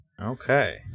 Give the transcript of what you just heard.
Okay